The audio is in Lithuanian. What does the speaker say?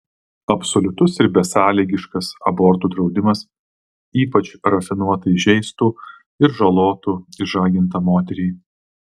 absoliutus ir besąlygiškas abortų draudimas ypač rafinuotai žeistų ir žalotų išžagintą moterį